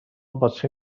باطری